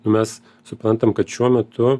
nu mes suprantam kad šiuo metu